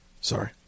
Sorry